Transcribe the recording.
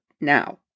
now